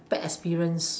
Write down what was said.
bad experience